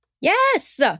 Yes